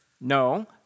No